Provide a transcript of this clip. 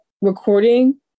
recording